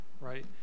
right